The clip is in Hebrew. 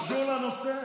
זה קשור לנושא?